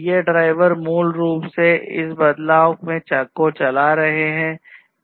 ये ड्राइवर मूल रूप से इस बदलाव को चला रहे हैं